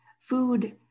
food